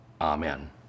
amen